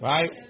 Right